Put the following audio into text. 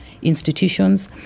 institutions